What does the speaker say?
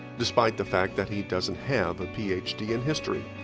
despite the fact that he doesn't have a ph d. in history.